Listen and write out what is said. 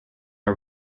are